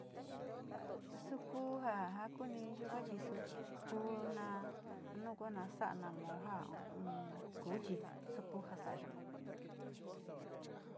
Suu kuu ja a kuni yuka chi, suu kuu na nou ku nu sa´a, namoo ja nu´u ni kuchi tu kuja sa´ayo.